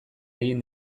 egin